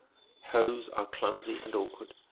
hoes are clumsy and awkward.